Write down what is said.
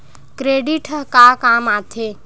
Credit ह का काम आथे?